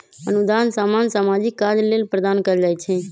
अनुदान सामान्य सामाजिक काज लेल प्रदान कएल जाइ छइ